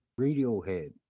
Radiohead